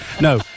No